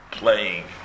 playing